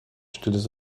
stilles